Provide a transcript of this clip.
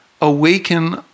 awaken